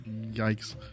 Yikes